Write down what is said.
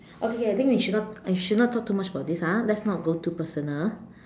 okay okay I think we should not we should not talk too much about this ah let's not go too personal